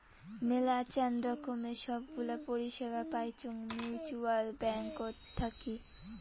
মেলাচান রকমের সব গুলা পরিষেবা পাইচুঙ মিউচ্যুয়াল ব্যাঙ্কত থাকি